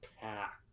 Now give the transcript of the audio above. packed